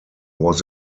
was